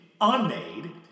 unmade